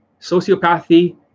Sociopathy